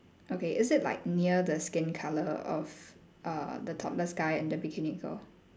okay is it like near the skin colour of uh the topless guy and the bikini girl